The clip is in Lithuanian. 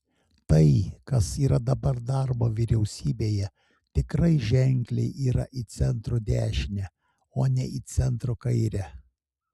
tai kas yra dabar daroma vyriausybėje tikrai ženkliai yra į centro dešinę o ne į centro kairę